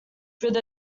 through